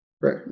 Right